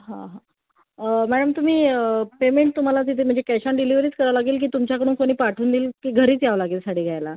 हं हं मॅळम तुम्ही पेमेंट तुम्हाला तिथे म्हणजे कॅश ऑन डिलिवरीच करावं लागेल की तुमच्याकडून कोणी पाठवून देईल की घरीच यावं लागेल साडी घ्यायला